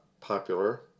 popular